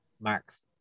Max